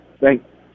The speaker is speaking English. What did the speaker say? Thanks